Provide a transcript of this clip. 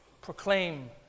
Proclaim